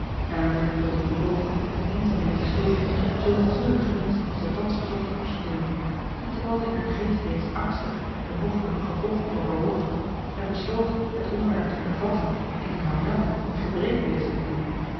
elinor wilde niet pogen eene eenzaamheid te storen zoo natuurlijk gewenscht als de thans gezochte afzondering en terwijl zij in haar geest reeds angstig de mogelijke gevolgen overwoog en besloot het onderwerp te hervatten indien marianne in gebreke bleef dit te doen